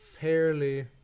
fairly